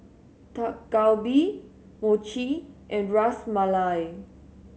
Dak Galbi Mochi and Ras Malai